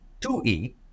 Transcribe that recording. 2E